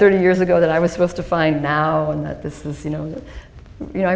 thirty years ago that i was supposed to find now and that this is you know